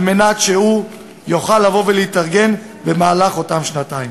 כדי שהוא יוכל להתארגן במהלך אותן שנתיים.